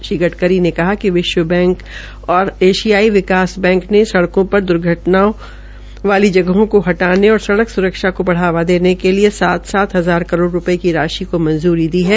श्री गडकरी ने कहा कि विश्व बैंक और एशियाई विकास बैंक ने सड़कों पर दुर्घटनाओं वाली जगहों को हटाने और सड़क सुरक्षा को बढ़ावा देने के लिए सात सात हजार करोड़ रूपये की राशि को मंजूरी दी है